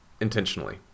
Intentionally